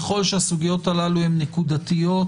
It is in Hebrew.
ככל שהסוגיות הללו הן נקודתיות,